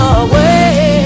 away